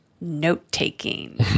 note-taking